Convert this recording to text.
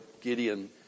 Gideon